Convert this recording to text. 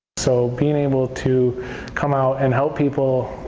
so being able to come out and help people.